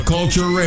Culture